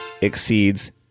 exceeds